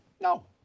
No